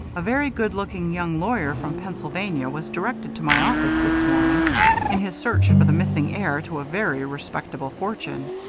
a very good-looking young lawyer from pennsylvania was directed to my office this morning in his search for the missing heir to a very respectable fortune.